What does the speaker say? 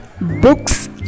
books